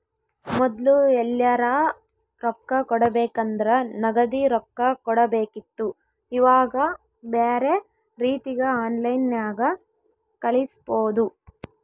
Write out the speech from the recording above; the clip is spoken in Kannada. ಮೊದ್ಲು ಎಲ್ಯರಾ ರೊಕ್ಕ ಕೊಡಬೇಕಂದ್ರ ನಗದಿ ರೊಕ್ಕ ಕೊಡಬೇಕಿತ್ತು ಈವಾಗ ಬ್ಯೆರೆ ರೀತಿಗ ಆನ್ಲೈನ್ಯಾಗ ಕಳಿಸ್ಪೊದು